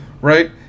right